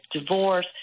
divorce